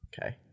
Okay